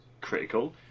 critical